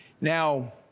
Now